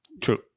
True